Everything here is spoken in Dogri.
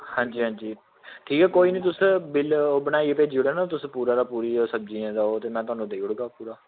अंजी अंजी ठीक ऐ कोई ना तुस बिल बनाइयै भेजी ओड़ेओ ना तुस पूरा दा पूरा सब्ज़ियें दा ते में देई ओड़गा तुसेंगी